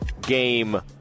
game